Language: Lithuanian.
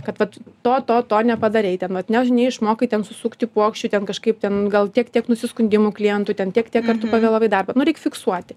kad vat to to to nepadarei ten vat než neišmokai ten susukti puokščių ten kažkaip ten gal tiek tiek nusiskundimų klientų ten tiek tiek kartų pavėlavai į darbą nu reik fiksuoti